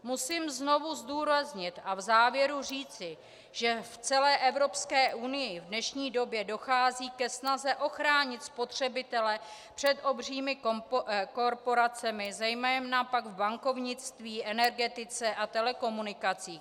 Musím znovu zdůraznit a v závěru říci, že v celé Evropské unii v dnešní době dochází ke snaze ochránit spotřebitele před obřími korporacemi, zejména pak v bankovnictví, energetice a telekomunikacích.